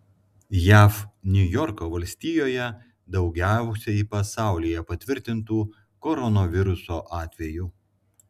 jav niujorko valstijoje daugiausiai pasaulyje patvirtintų koronaviruso atvejų